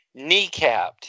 kneecapped